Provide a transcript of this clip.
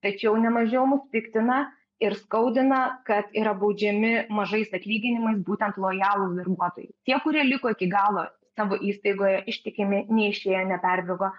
tačiau nemažiau mus piktina ir skaudina kad yra baudžiami mažais atlyginimais būtent lojalūs darbuotojai tie kurie liko iki galo savo įstaigoje ištikimi neišėjo neperbėgo